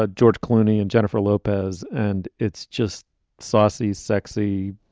ah george clooney and jennifer lopez. and it's just sources, sexy,